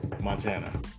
Montana